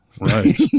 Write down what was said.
Right